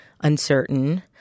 uncertain